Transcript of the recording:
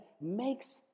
makes